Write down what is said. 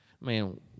man